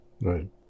Right